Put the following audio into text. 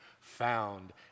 found